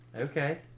Okay